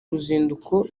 ruzinduko